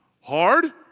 hard